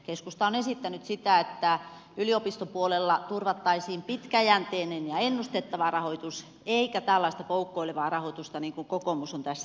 keskusta on esittänyt sitä että yliopistopuolella turvattaisiin pitkäjänteinen ja ennustettava rahoitus eikä tällaista poukkoilevaa rahoitusta niin kuin kokoomus on tässä esittänyt